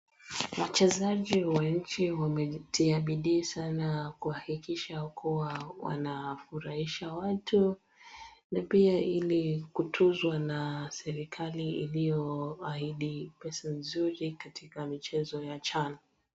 Wachezaji wa nchi wamejitia bidii sana kuhakikisha kuwa wanafurahisha watu, na pia ili kutuzwa na serikali iliyo ahidi pesa nzuri katika michezo ya Chan.